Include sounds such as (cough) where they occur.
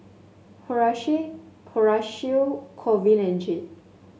(unintelligible) Corwin and Jade